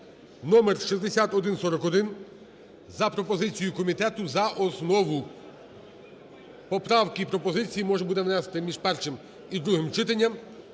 (№ 6141) за пропозицією комітету за основу. Поправки і пропозиції можна буде внести між першим і другим читанням.